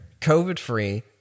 COVID-free